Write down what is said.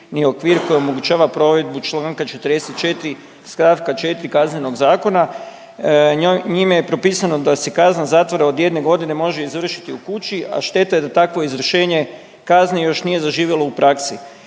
ni okvir koji omogućava provedbu čl. 44. st. 4. KZ-a. Njime je propisano da se kazna zatvora od 1.g. može izvršiti u kući, a šteta je da takvo izvršenje kazne još nije zaživjelo u praksi